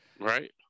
right